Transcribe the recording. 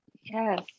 Yes